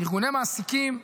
ארגוני מעסיקים,